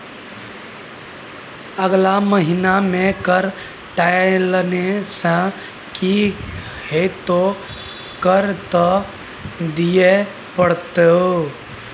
अगला महिना मे कर टालने सँ की हेतौ कर त दिइयै पड़तौ